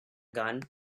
gun